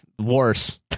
worse